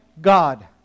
God